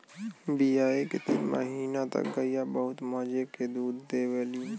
बियाये के तीन महीना तक गइया बहुत मजे के दूध देवलीन